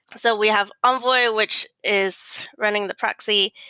so we have envoy, which is running the proxy.